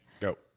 Go